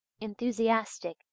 enthusiastic